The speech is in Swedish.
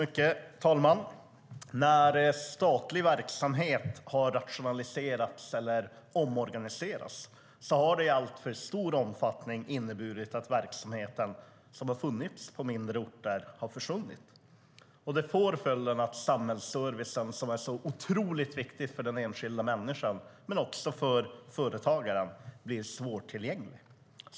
Herr talman! När statlig verksamhet har rationaliserats eller omorganiserats har det i alltför stor omfattning inneburit att den verksamhet som har funnits på mindre orter har försvunnit. Det får till följd att samhällsservicen, som är så otroligt viktig för den enskilda människan men också för företagaren, blir svårtillgänglig.